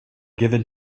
given